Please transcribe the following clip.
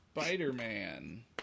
Spider-Man